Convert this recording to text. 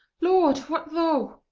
lord, what though?